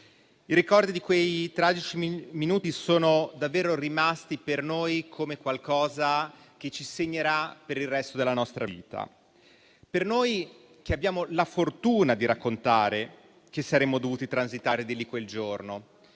I ricordi di quei tragici minuti sono per noi qualcosa che ci segnerà per il resto della nostra vita, noi che abbiamo la fortuna di raccontare che saremmo dovuti transitare lì quel giorno